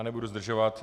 Nebudu zdržovat.